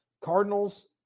Cardinals